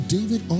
David